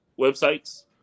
websites